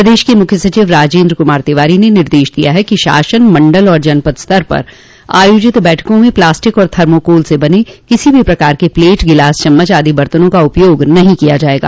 प्रदेश के मुख्य सचिव राजेन्द्र कुमार तिवारी ने निर्देश दिया है कि शासन मंडल और जनपद स्तर पर आयोजित बैठकों में प्लास्टिक और थर्माकोल से बने किसी भी प्रकार के प्लेट गिलास चम्मच आदि बर्तनों का उपयोग नहीं किया जायेगा